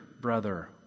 brother